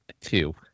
Two